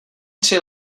tři